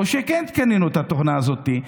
או: כן קנינו את התוכנה הזאת.